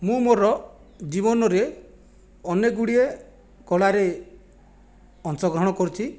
ମୁଁ ମୋର ଜୀବନରେ ଅନେକ ଗୁଡ଼ିଏ କଳାରେ ଅଂଶଗ୍ରହଣ କରିଛି